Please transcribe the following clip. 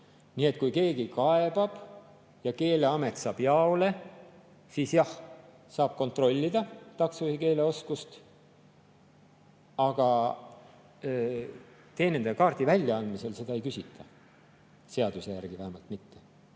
Nii et kui keegi kaebab ja Keeleamet saab jaole, siis jah, saab kontrollida taksojuhi keeleoskust, aga teenindajakaardi väljaandmisel seda ei küsita. Seaduse järgi vähemalt mitte.